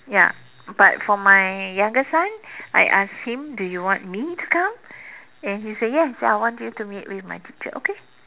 ya but for my younger son I asked him do you want me to come and he said yes I want you to meet with my teacher okay